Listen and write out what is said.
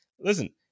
listen